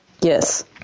Yes